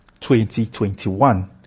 2021